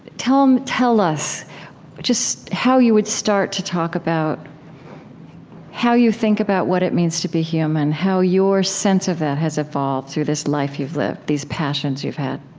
tell um tell us just how you would start to talk about how you think about what it means to be human, how your sense of that has evolved through this life you've lived, these passions you've had